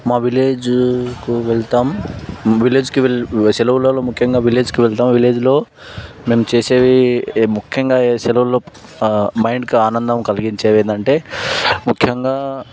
మా విలేజ్కు వెళ్తాం విలేజ్కి సెలవులలో ముఖ్యంగా విలేజ్కి వెళ్తాము విలేజ్లో మేం చేసేది ముఖ్యంగా ఈ సెలవుల్లో మైండ్కి ఆనందం కలిగించేది ఏదంటే ముఖ్యంగా